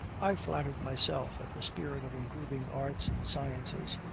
i flattered myself that the spirit of improving arts and sciences,